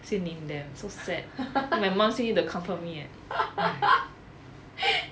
still name them I so sad then my mum still need to comfort me eh !hais!